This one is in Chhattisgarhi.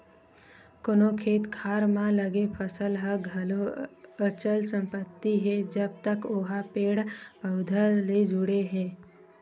कोनो खेत खार म लगे फसल ह घलो अचल संपत्ति हे जब तक ओहा पेड़ पउधा ले जुड़े हे